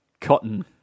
cotton